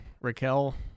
Raquel